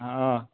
हँ